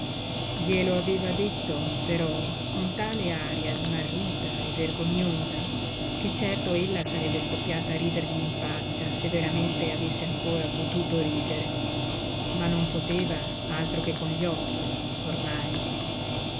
lo aveva detto però con tale aria smarrita e vergognosa che certo ella sarebbe scoppiata a ridergli in faccia se veramente avesse ancora potuto ridere ma non poteva altro che con gli occhi ormai